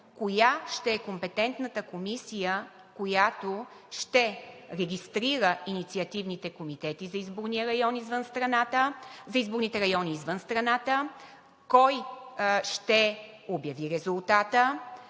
коя ще е компетентната комисия, която ще регистрира инициативните комитети за изборните райони извън страната, кой ще обяви резултата,